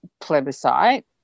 Plebiscite